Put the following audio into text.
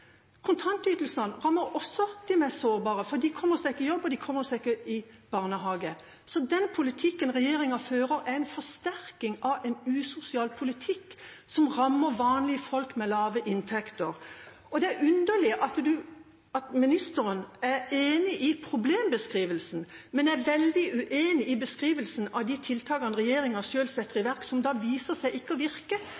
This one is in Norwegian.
for de kommer seg ikke i jobb, og de kommer seg ikke i barnehage. Så den politikken regjeringa fører, er en forsterking av en usosial politikk som rammer vanlige folk med lave inntekter. Det er underlig at statsråden er enig i problembeskrivelsen, men er veldig i uenig i beskrivelsen av de tiltakene regjeringa selv setter i